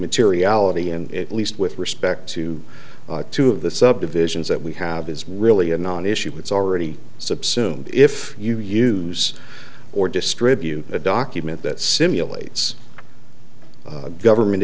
materiality in at least with respect to two of the subdivisions that we have is really a non issue it's already subsume if you use or distribute a document that simulates government